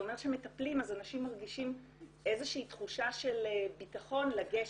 זה אומר שמטפלים אז אנשים מרגישים איזושהי תחושה של ביטחון לגשת.